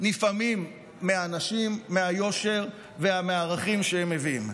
נפעמים מהאנשים, מהיושר ומהערכים שהם מביאים.